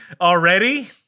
Already